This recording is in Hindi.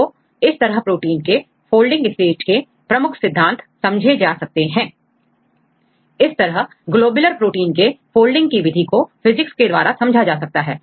तो इस तरह प्रोटीन के फोल्डिंग स्टेट के प्रमुख सिद्धांत समझे जा सकते हैं इस तरह ग्लोबुलर प्रोटीन के फोल्डिंग की विधि को फिजिक्स के द्वारा समझा जा सकता है